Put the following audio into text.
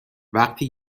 وقتی